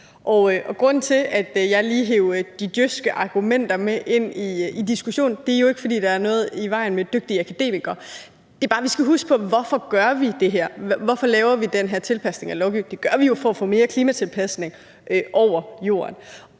grunden til, at jeg lige hev de djøfske argumenter med ind i diskussionen, er jo ikke, at der er noget i vejen med dygtige akademikere. Men vi skal bare huske på, hvorfor vi gør det her – hvorfor laver vi den her tilpasning af lovgivningen? Det gør vi jo for at få mere klimatilpasning over jorden.